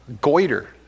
Goiter